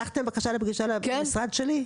שלחתם בקשה לפגישה למשרד שלי?